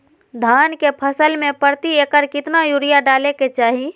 धान के फसल में प्रति एकड़ कितना यूरिया डाले के चाहि?